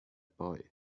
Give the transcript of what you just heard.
boy